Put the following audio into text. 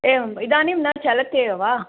एवम् इदानीं न चलत् एव वा